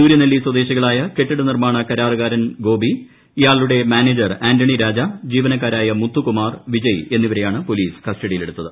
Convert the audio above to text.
സൂര്യനെല്ലി സ്വദേശികളായ കെട്ടിട നിർമ്മാണ കരാറുകാരൻ ഗോപി ഇയാളുടെ മാനേജർ ആന്റണി രാജ ജീവനക്കാരായ മുത്തുകുമാർ വിജയ് എന്നിവരെയാണ് പോലീസ് കസ്റ്റഡിയിലെടുത്തത്